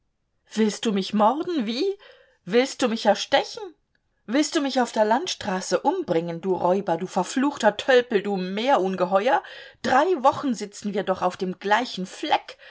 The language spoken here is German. willst du mich morden wie willst du mich erstechen willst du mich auf der landstraße umbringen du räuber du verfluchter tölpel du meerungeheuer drei wochen sitzen wir doch auf dem gleichen fleck